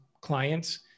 clients